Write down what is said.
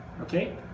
Okay